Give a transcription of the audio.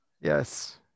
Yes